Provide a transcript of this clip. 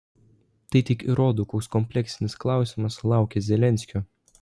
tai tik įrodo koks kompleksinis klausimas laukia zelenskio